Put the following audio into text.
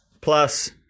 plus